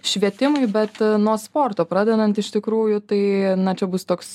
švietimui bet nuo sporto pradedant iš tikrųjų tai na čia bus toks